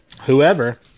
Whoever